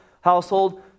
household